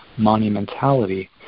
monumentality